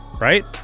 Right